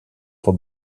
for